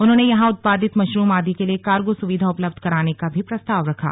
उन्होंने यहां उत्पादित मशरूम आदि के लिए कार्गो सुविधा उपलब्ध कराने का भी प्रस्ताव रखा